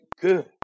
good